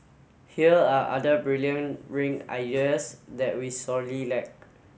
here are other brilliant ring ideas that we sorely lack